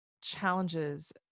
challenges